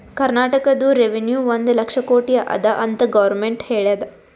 ಕರ್ನಾಟಕದು ರೆವೆನ್ಯೂ ಒಂದ್ ಲಕ್ಷ ಕೋಟಿ ಅದ ಅಂತ್ ಗೊರ್ಮೆಂಟ್ ಹೇಳ್ಯಾದ್